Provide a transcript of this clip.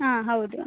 ಹಾಂ ಹೌದು